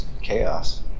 chaos